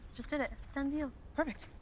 just did it. done deal. perfect.